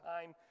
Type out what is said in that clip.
time